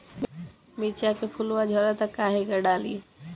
मिरचा के फुलवा झड़ता काहे का डाली?